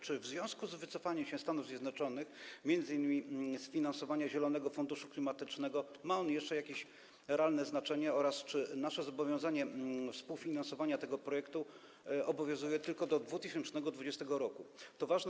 Czy w związku z wycofaniem się Stanów Zjednoczonych m.in. z finansowania Zielonego Funduszu Klimatycznego ma on jeszcze jakieś realne znaczenie oraz czy nasze zobowiązanie współfinansowania tego projektu obowiązuje tylko do roku 2020?